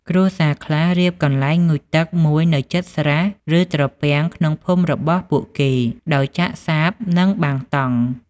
គ្រួសារខ្លះរៀបកន្លែងងូតទឹកមួយនៅជិតស្រះ ឬ ត្រពាំងក្នុងភូមិរបស់ពួកគេ ដោយចាក់សាប និងបាំងតង់។